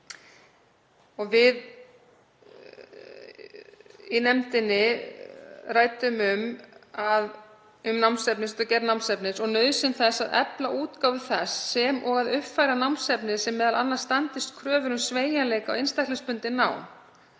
Við í nefndinni ræddum um gerð námsefnis og nauðsyn þess að efla útgáfu þess sem og að uppfæra námsefni sem m.a. standist kröfur um sveigjanleika og einstaklingsbundið nám.